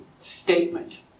statement